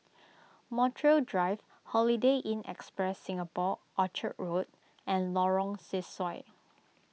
Montreal Drive Holiday Inn Express Singapore Orchard Road and Lorong Sesuai